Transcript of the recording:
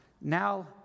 now